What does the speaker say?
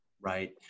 right